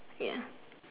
ya